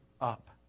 up